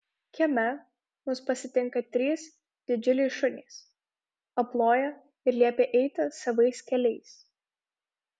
kieme mus pasitinka trys didžiuliai šunys aploja ir liepia eiti savais keliais